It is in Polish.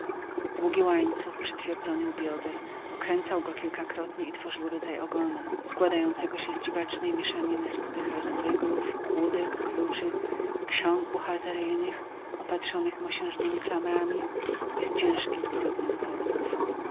długi łańcuch przytwierdzony u bioder okręcał go kilkakrotnie i tworzył rodzaj ogona składającego się z dziwacznej mieszaniny skutych razem ryglów kłódek kluczy ksiąg buchalteryjnych opatrzonych mosiężnemi klamrami i z ciężkich brudnych